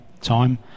time